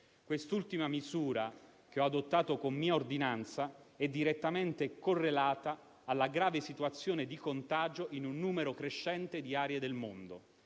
Quest'ultima misura, che ho adottato con mia ordinanza, è direttamente correlata alla grave situazione di contagio in un numero crescente di aree del mondo.